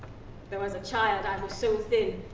though as a child i was so thin